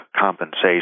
compensation